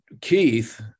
Keith